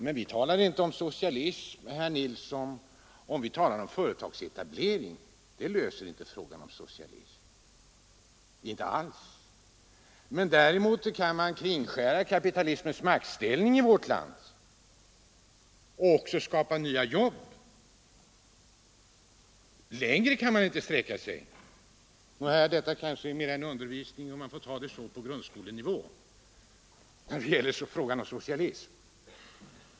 Men vi talar inte för socialism, herr Nilsson, när vi talar om styrning av företagsetablering; det löser inte problemet med socialism, inte alls! Däremot kan man kringskära kapitalismens maktställning i vårt land och skapa nya jobb med hjälp av den lagen, men längre kan man inte sträcka sig i det här fallet. — Detta kanske dock mera är en undervisning på grundskolenivå om socialism.